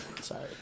Sorry